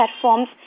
platforms